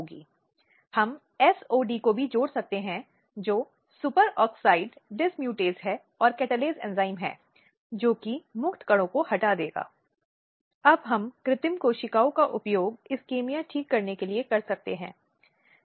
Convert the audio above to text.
एक जानबूझकर एक इच्छानुरूप कार्य है माता पिता या शायद विस्तृत परिवार की ओर से यह देखने के लिए कि अजन्मे बच्चे को मौत के घाट उतार दिया जाए